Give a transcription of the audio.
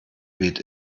weht